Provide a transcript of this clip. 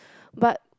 but